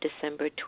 December